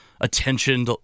attention